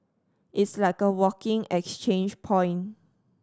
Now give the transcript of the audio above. it's like a walking exchange point